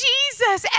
Jesus